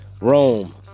Rome